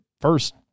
first